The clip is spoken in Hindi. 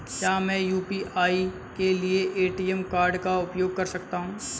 क्या मैं यू.पी.आई के लिए ए.टी.एम कार्ड का उपयोग कर सकता हूँ?